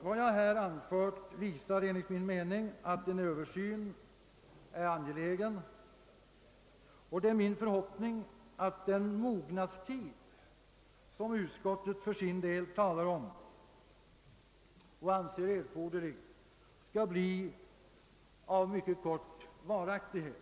Vad jag här anfört visar enligt min mening att en översyn är angelägen, och det är min förhoppning att den mognadstid som utskottet talar om och anser erforderlig skall bli av mycket kort varaktighet.